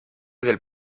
del